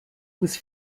was